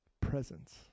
presence